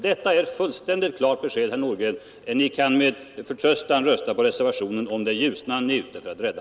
Detta är ett fullständigt klart besked, herr Nordgren! Ni kan med förtröstan rösta på reservationen, om det är Ljusnan Ni är ute för att rädda.